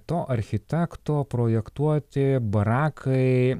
to architekto projektuoti barakai